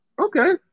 Okay